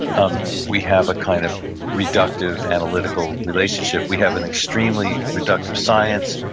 um we have a kind of reductive, analytical relationship. we have an extremely reductive science.